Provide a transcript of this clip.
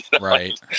right